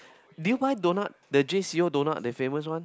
do you buy donut the J C O donut the famous one